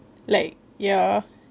like ya